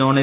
non A